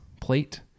plate